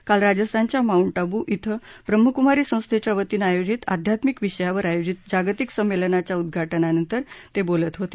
काल राजस्थानच्या माऊंट अबु क्वें ब्रम्हकुमारी संस्थेच्या वतीनं आयोजित अध्यात्मिक विषयावर आयोजित जागतिक संमेलनाच्या उद्घाटनानंतर ते बोलत होते